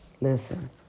listen